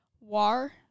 War